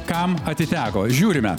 kam atiteko žiūrime